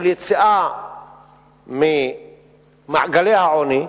של יציאה ממעגלי העוני,